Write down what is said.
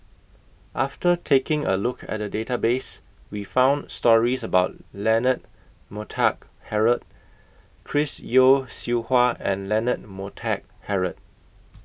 after taking A Look At The Database We found stories about Leonard Montague Harrod Chris Yeo Siew Hua and Leonard Montague Harrod